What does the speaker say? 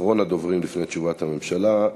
אחרון הדוברים לפני תשובת הממשלה,